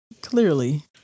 Clearly